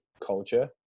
culture